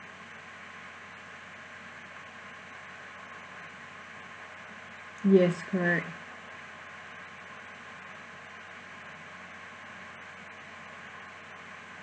yes correct